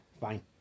fine